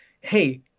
hey